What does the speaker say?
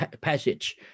passage